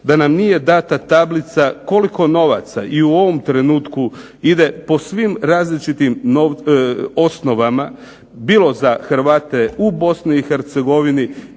da nam nije dana tablica koliko novaca i u ovom trenutku ide po svim različitim osnovama bilo za Hrvate u BiH, ili